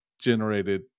generated